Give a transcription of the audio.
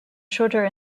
shorter